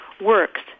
works